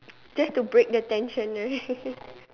just to break the tension right